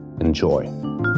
Enjoy